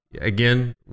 again